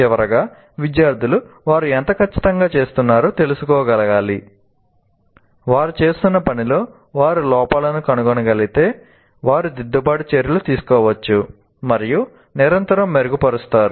చివరగా విద్యార్థులు వారు ఎంత ఖచ్చితంగా చేస్తున్నారో తెలుసుకోగలగాలి వారు చేస్తున్న పనిలో వారు లోపాలను కనుగొనగలిగితే వారు దిద్దుబాటు చర్యలు తీసుకోవచ్చు మరియు నిరంతరం మెరుగుపరుస్తారు